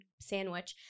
sandwich